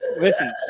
Listen